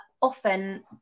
often